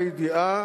והידיעה,